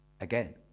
again